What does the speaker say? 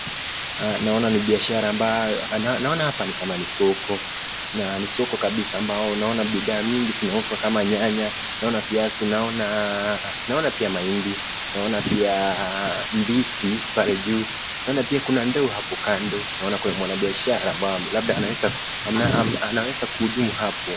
Naona ni biashara, naona hapa ni kama ni soko, soko kubwa ambayo bidhaa kama nyanya naona viazi naona pia mahindi naona ndizi pale juu naona pia Kuna ndoo hapo naona Kuna mwanabiashara anaweza kuhudumu pale.